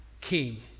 king